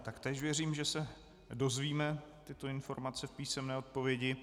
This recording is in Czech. Taktéž věřím, že se dozvíme tyto informace v písemné odpovědi.